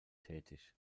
tätig